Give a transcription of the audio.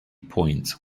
point